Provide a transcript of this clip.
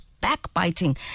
backbiting